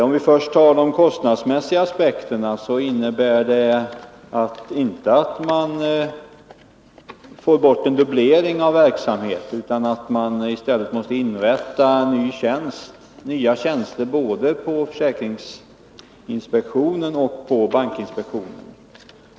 Om vi först tar de kostnadsmässiga aspekterna, så innebär detta inte att man får bort en dubblering av verksamheten, utan det innebär att man i stället måste inrätta nya tjänster både på försäkringsinspektionen och på bankinspektionen.